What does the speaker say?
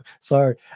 sorry